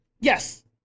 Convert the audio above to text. yes